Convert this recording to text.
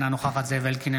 אינה נוכחת זאב אלקין,